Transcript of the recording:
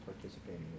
participating